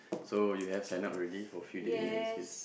so you have sign up already for a few dating agencies